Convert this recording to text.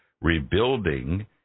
rebuilding